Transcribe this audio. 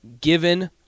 given